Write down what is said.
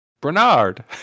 Bernard